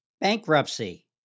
Bankruptcy